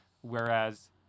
whereas